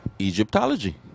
Egyptology